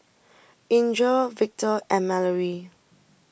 Inger Victor and Mallory